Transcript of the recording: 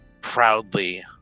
proudly